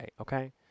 Okay